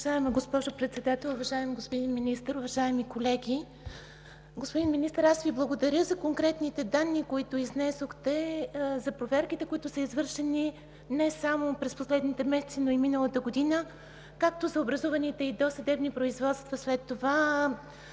Уважаема госпожо Председател, уважаеми господин Министър, уважаеми колеги! Господин Министър, аз Ви благодаря за конкретните данни, които изнесохте, за проверките, които са извършени не само през последните месеци, но и миналата година, както и за образуваните досъдебни производства след това.